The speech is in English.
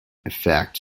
effect